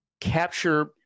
capture